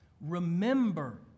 remember